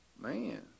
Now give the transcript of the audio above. Man